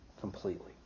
completely